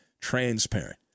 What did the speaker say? transparent